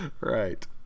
Right